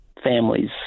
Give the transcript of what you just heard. Families